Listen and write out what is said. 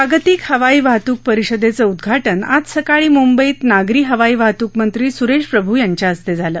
जागतिक हवाई वाहतूक परिषदेचं उद्घाटन आज सकाळी मुंबईत नागरी हवाई वाहतूक मंत्री सुरेश प्रभू यांच्या हस्ते झालं